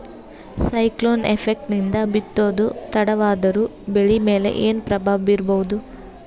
Cyclone effect ನಿಂದ ಬಿತ್ತೋದು ತಡವಾದರೂ ಬೆಳಿ ಮೇಲೆ ಏನು ಪ್ರಭಾವ ಬೀರಬಹುದು?